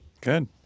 Good